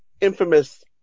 infamous